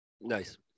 Nice